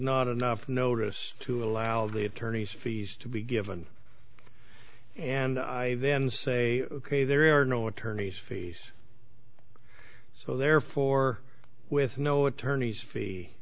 not enough notice to allow the attorneys fees to be given and i then say ok there are no attorney's fees so therefore with no attorney's